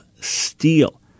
steel